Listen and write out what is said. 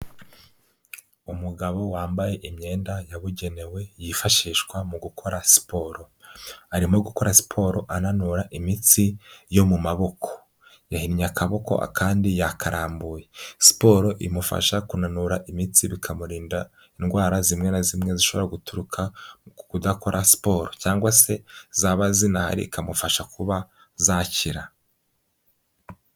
Umugabo wambaye imyenda yabugenewe yifashishwa mu gukora siporo. Arimo gukora siporo ananura imitsi yo mu maboko. Yahimye akaboko akandi yakarambuye. Siporo imufasha kunanura imitsi, bikamurinda indwara zimwe na zimwe zishobora guturuka mu kudakora siporo cyangwa se zaba zinahari ikamufasha kuba zakira.